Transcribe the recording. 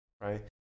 right